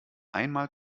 einmal